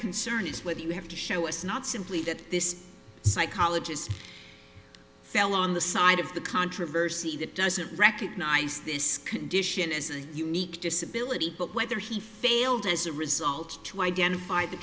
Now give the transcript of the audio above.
concern is what you have to show us not simply that this psychologist fell on the side of the controversy that doesn't recognize this condition as a unique disability but whether he failed as a result to identify the